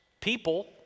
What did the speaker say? people